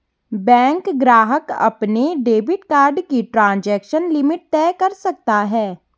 bank ग्राहक अपने debit card की ट्रांज़ैक्शन लिमिट तय कर सकता है